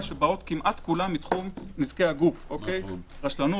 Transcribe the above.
ובאות כולן כמעט מתחום נזקי הגוף רשלנות,